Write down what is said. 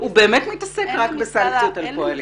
הוא באמת מתעסק רק בסנקציות על פועלים.